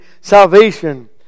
salvation